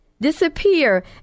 disappear